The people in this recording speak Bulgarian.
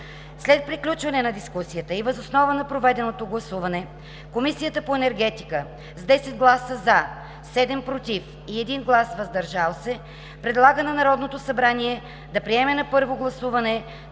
След приключване на дискусията и въз основа на проведеното гласуване Комисията по енергетика с 10 гласа „за“, 7 „против“ и 1 глас „въздържал се“ предлага на Народното събрание да приеме на първо гласуване